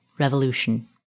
revolution